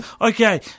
Okay